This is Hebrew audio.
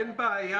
אין בעיה,